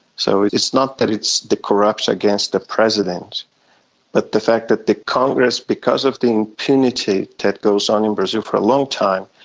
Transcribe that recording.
so it's not that it's corrupt against the president but the fact that the congress, because of the impunity that goes on in brazil for a long time,